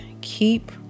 Keep